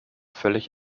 völlig